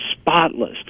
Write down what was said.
spotless